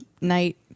Night